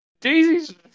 Daisy's